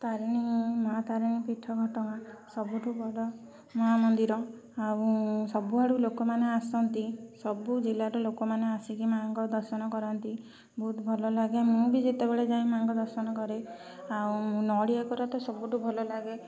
ତାରିଣୀ ମାଁ ତାରିଣୀ ପୀଠ ଘଟଗାଁ ସବୁଠୁ ବଡ଼ ମାଁ ମନ୍ଦିର ଆଉ ସବୁ ଆଡ଼ୁ ଲୋକମାନେ ଆସନ୍ତି ସବୁ ଜିଲ୍ଲାର ଲୋକମାନେ ଆସିକି ମାଁଙ୍କ ଦର୍ଶନ କରନ୍ତି ବହୁତ ଭଲ ଲାଗେ ମୁଁ ବି ଯେତେବେଳେ ଯାଏ ମାଁ ଙ୍କ ଦର୍ଶନ କରେ ଆଉ ନଡ଼ିଆ କୋରା ତ ସବୁଠୁ ଭଲ ଲାଗେ